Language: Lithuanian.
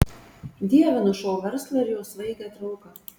dievinu šou verslą ir jo svaigią trauką